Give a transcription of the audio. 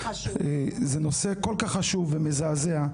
זה נושא כל כך חשוב ומזעזע,